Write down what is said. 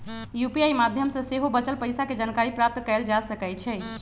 UPI माध्यम से सेहो बचल पइसा के जानकारी प्राप्त कएल जा सकैछइ